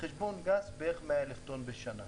שבחשבון גס זה בערך 100,000 טון בשנה.